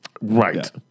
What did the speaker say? Right